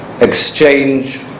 exchange